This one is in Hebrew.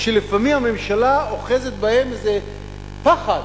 שלפעמים הממשלה, אוחז בהם איזה פחד.